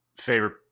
favorite